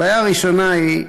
הבעיה הראשונה היא,